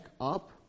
up